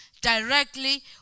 directly